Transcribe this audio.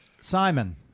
simon